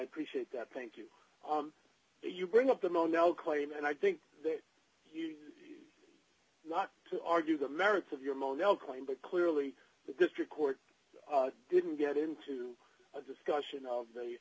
appreciate that thank you you bring up the mono claim and i think that he's not to argue the merits of your modelled claim to clearly the district court didn't get into a discussion of the